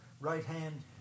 right-hand